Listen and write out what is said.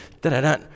da-da-da